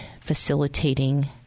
facilitating